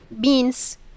beans